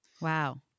Wow